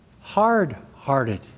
Hard-hearted